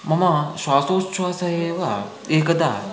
मम श्वासोच्छ्वासः एव एकदा